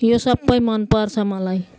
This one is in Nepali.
यो सबै मन पर्छ मलाई